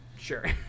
sure